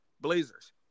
Blazers